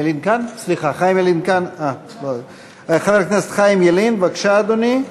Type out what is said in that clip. סליחה, חבר הכנסת חיים ילין, בבקשה, אדוני.